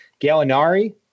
Gallinari